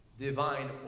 divine